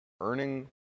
earning